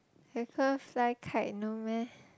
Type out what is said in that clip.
because fly kite no meh